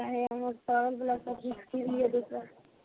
सड़ल बला सब्जी कीन लिअ दोसर